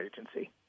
agency